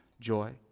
joy